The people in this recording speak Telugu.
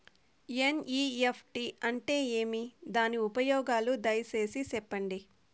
ఎన్.ఇ.ఎఫ్.టి అంటే ఏమి? దాని ఉపయోగాలు దయసేసి సెప్పండి?